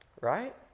right